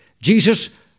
Jesus